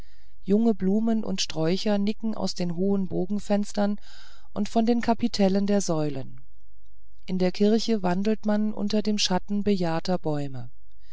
junge blumen und sträuche nicken aus den hohen bogenfenstern und von den kapitellen der säulen in der kirche wandelt man unter dem schatten bejahrter bäume